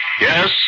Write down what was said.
Yes